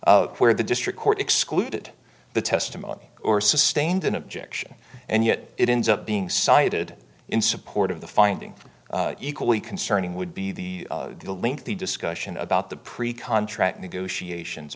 law where the district court excluded the testimony or sustained an objection and yet it ends up being cited in support of the finding equally concerning would be the lengthy discussion about the pre contract negotiations